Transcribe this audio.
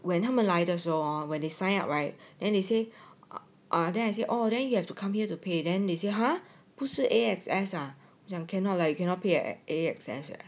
when 他们来的时候 when they sign up right then they say ah ah then I say oh then you have to come here to pay then say !huh! 不是 A_X_S ah 讲 cannot lah you cannot pay A_X_S